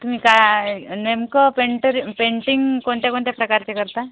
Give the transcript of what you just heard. तुम्ही काय नेमकं पेंटरी पेंटिंग कोणत्या कोणत्या प्रकारचे करता